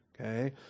Okay